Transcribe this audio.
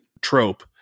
trope